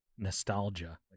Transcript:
nostalgia